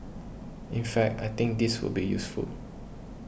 in fact I think this will be useful